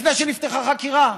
לפני שנפתחה חקירה: